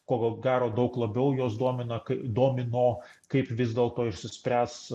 ko gero daug labiau juos domina kai domino kaip vis dėlto išsispręs